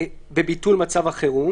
בכל זאת,